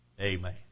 Amen